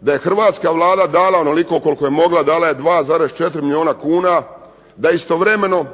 da je hrvatska Vlada dala onoliko koliko je mogla. Dala je 2,4 milijuna kuna. Da je istovremeno